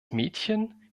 mädchen